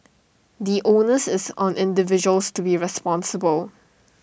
the onus is on individuals to be responsible